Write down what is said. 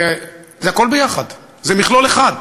זה הכול יחד, זה מכלול אחד,